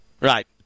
Right